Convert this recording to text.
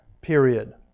Period